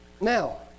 Now